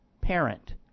parent